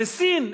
סין,